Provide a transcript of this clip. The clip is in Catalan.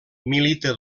milita